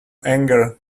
anger